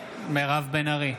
מירב בן ארי,